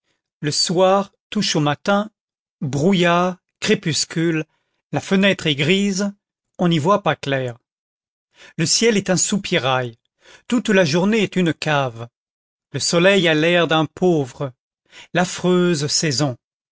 le soir touche au matin brouillard crépuscule la fenêtre est grise on n'y voit pas clair le ciel est un soupirail toute la journée est une cave le soleil a l'air d'un pauvre l'affreuse saison